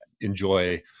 enjoy